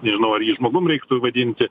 nežinau ar jį žmogum reiktų vadinti